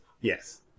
Yes